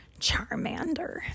Charmander